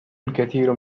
الكثير